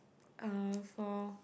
uh for